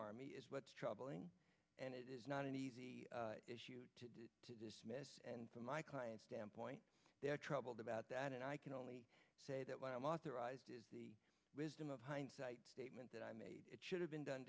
army is what's troubling and it is not an easy to dismiss and for my client standpoint they are troubled about that and i can only say that what i am authorized is the wisdom of hindsight statement that i made it should have been done